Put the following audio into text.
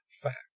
fact